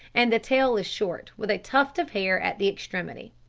and the tail is short, with a tuft of hair at the extremity.